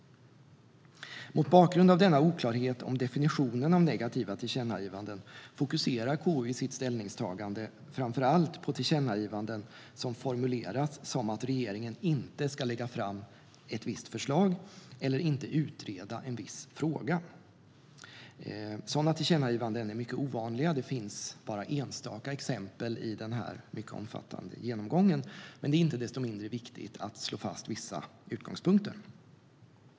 Mot bakgrund av denna oklarhet om definitionen av negativa tillkännagivanden fokuserar KU i sitt ställningstagande framför allt på tillkännagivanden som formuleras som att regeringen inte ska lägga fram ett visst förslag eller inte ska utreda en viss fråga. Sådana tillkännagivanden är mycket ovanliga. Det finns bara enstaka exempel i den här mycket omfattande genomgången, men det är inte desto mindre viktigt att slå fast vissa utgångspunkter.